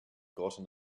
gotten